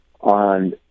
on